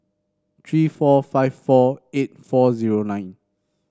three four five four eight four zero nine